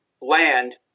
land